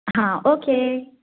ਹਾਂ ਓਕੇ